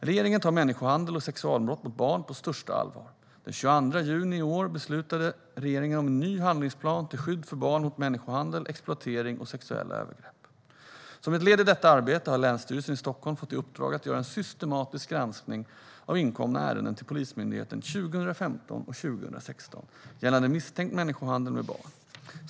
Regeringen tar människohandel och sexualbrott mot barn på största allvar. Den 22 juni i år beslutade regeringen om en ny handlingsplan till skydd för barn mot människohandel, exploatering och sexuella övergrepp. Som ett led i detta arbete har Länsstyrelsen i Stockholms län fått i uppdrag att göra en systematisk granskning av inkomna ärenden till Polismyndigheten 2015 och 2016 gällande misstänkt människohandel med barn.